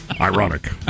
Ironic